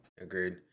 Agreed